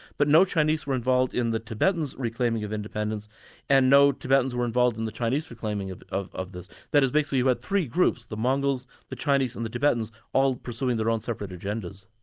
but no chinese were involved in the tibetans' reclaiming of independence and no tibetans were involved in the chinese reclaiming of of this. that is, basically you had three groups the mongols, the chinese and the tibetans, all pursuing their own separate agendas.